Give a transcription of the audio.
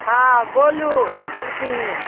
हँ बोलु मालकिनी